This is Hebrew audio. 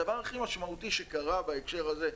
הדבר הכי משמעותי שקרה בהקשר הזה,